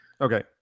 Okay